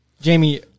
Jamie